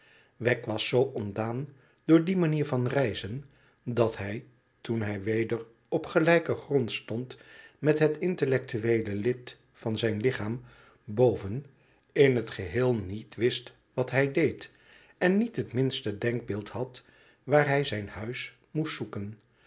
wegg was zoo ontdaan door die manier van reizen dat hij toen hij weder op gelijken grond stond met het intellectueele lid van zijn lichaam boven in het geheel niet wist wat hij deed en niet het minste denkbeeld had waar hij zijn huis moest zoeken